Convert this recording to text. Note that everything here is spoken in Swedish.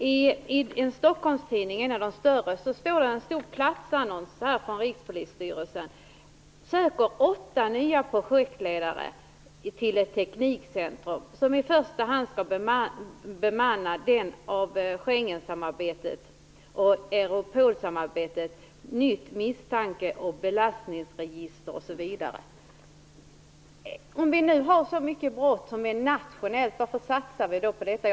I en av de större Stockholmstidningarna står en platsannons från Rikspolisstyrelsen, som söker åtta nya projektledare till ett teknikcentrum som i första hand skall bemanna den av Schengensamarbetet och Europolsamarbetet föranledda avdelningen för ett nytt misstanke och belastningsregister. Om vi har en så stor brottslighet nationellt, varför satsar vi på detta?